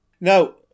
Now